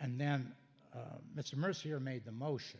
and then mr mercier made the motion